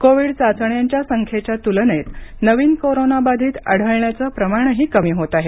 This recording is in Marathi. कोविड चाचण्यांच्या संख्येच्या तुलनेत नवीन कोरोनाबाधित आढळण्याचं प्रमाणही कमी होत आहे